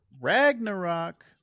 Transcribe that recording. Ragnarok